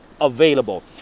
available